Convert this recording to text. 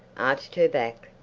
arched her back,